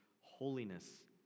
holiness